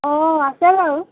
অঁ আছে বাৰু